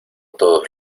todos